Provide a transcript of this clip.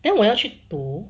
then 我要去读